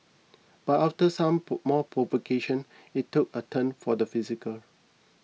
but after some pro more provocation it took a turn for the physical